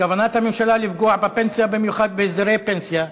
כוונת הממשלה לפגוע בפנסיה, במיוחד בהסדרי פנסיה: